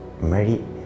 Mary